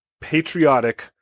patriotic